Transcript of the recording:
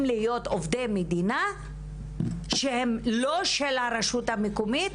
להיות עובדי מדינה שהם לא של הרשות המקומית.